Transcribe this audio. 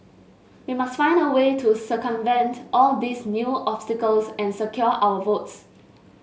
we must find a way to circumvent all these new obstacles and secure our votes